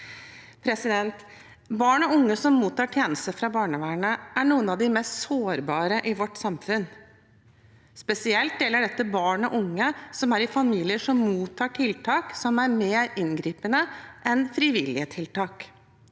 komiteen. Barn og unge som mottar tjenester fra barnevernet, er noen av de mest sårbare i vårt samfunn. Spesielt gjelder dette barn og unge som er i familier som mottar tiltak som er mer inngripende enn frivillige tiltak.